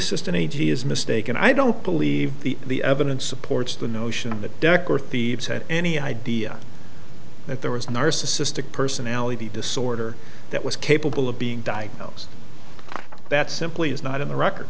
assistant a g is mistaken i don't believe the evidence supports the notion that decker thieves had any idea that there was a narcissistic personality disorder that was capable of being diagnosed that simply is not in